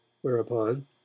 whereupon